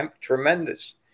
tremendous